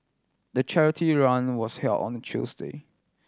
the charity run was held on the Tuesday